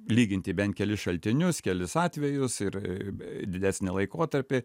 lyginti bent kelis šaltinius kelis atvejus ir didesnį laikotarpį